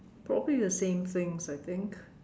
probably the same things I think